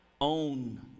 own